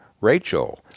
Rachel